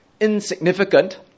insignificant